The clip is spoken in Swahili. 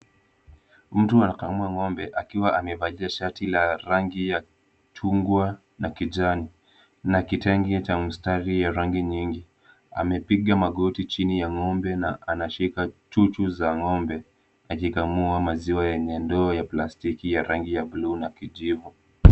Mtu anakamua ng'ombe akiwa amevalia shati la rangi ya chungwa na kijani na kitenge cha mistari ya rangi nyingi. Amepiga magoti chini ya ng'ombe na anashika chuchu za ng'ombe akikamua maziwa yenye ndoo ya plastiki ya rangi ya blue na kijivu.